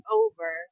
over